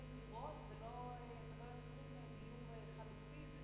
דירות ולא יוצרים דיור חלופי.